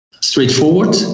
straightforward